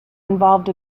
involved